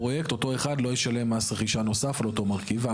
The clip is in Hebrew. לא ישלם מס נוסף על אותו מרכיב במימוש הפרויקט.